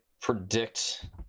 predict